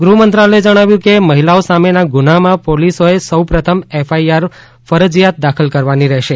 ગૃહ મંત્રાલયે જણાવ્યું છે કે મહિલાઓ સામેના ગુન્હામાં પોલીસોએ સૌ પ્રથમ એફઆઇઆર ફરજીયાત દાખલ કરવાની રહેશે